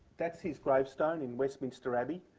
that's his gravestone in westminster abbey.